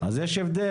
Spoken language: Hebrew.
אז יש הבדל.